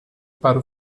para